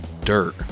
dirt